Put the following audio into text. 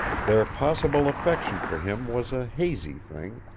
their possible affection for him was a hazy thing,